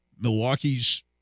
Milwaukee's